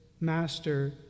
master